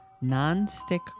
Non-stick